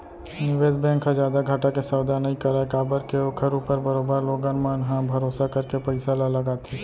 निवेस बेंक ह जादा घाटा के सौदा नई करय काबर के ओखर ऊपर बरोबर लोगन मन ह भरोसा करके पइसा ल लगाथे